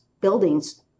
buildings